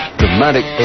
dramatic